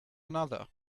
another